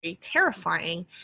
terrifying